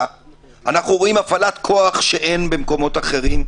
אנחנו רואים הפעלת כוח שאין במקומות אחרים,